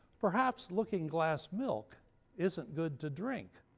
perhaps looking-glass milk isn't good to drink.